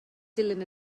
dilyn